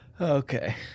Okay